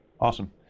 Awesome